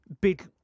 big